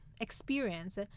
experience